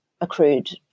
accrued